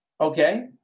Okay